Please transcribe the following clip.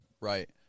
Right